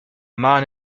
man